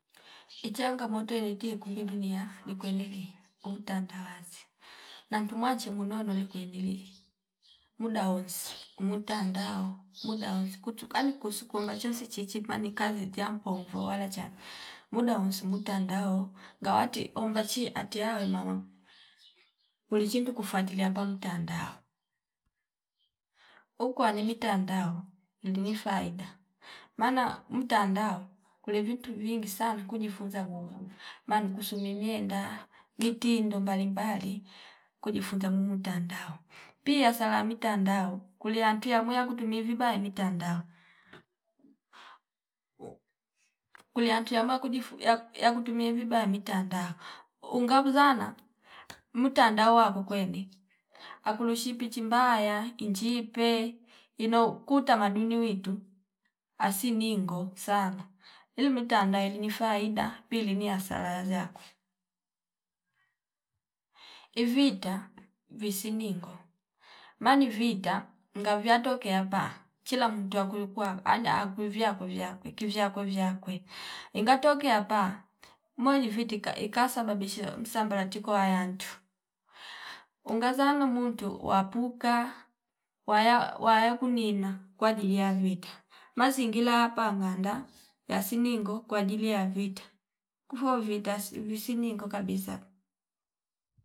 Ichangamoto yereti kumbi dunia likweneli utandawazi nantu mwachu muno noli kweneli muda wonsi umu tandao muda wonsi kutu kani kusu kuumba chonsi chichi mani kazi chiyampovo wala cha muda wonsi mutandao ngawati omba chi atiya wemama ulichintu kufuatilia pam mtandao ukwani mitandao ndini faida maana mtandao kuli vintu vingi saana kujifunza Mungu maanu kusu mimiyenda mitindo mbalimbali kujifunza mumuu mtandao pia sala mitandao kuliyantu yamuya kutumi vibaya mitandao. Kuliyantu yamuya kujifu yaku- yakutumie vibaya mitando ungamuzana mutandao ako kwene akuluhi pichi mbaya injipe ino ku tamaduni witu asimingo sana ili mitandao yani ni faida pili ni hasara yaziya kwe. Ivita visiningo mani vita ngavi yatokea pa chila mutu yakuyu kwa ani akuyu ivya kuvyakwe kuvyakwe vyakwe inga tokea paa moni viti ikasababisha msambalatiko wayantu ungazana muntu wapuka waya wayakunina kwa ajili yanyu wita mazingila yapa nganda yasiningo kwa ajili ya vita kuvo vita asi visiningo kabisa